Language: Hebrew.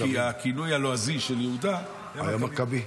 כי הכינוי הלועזי של יהודה --- היה מקבי.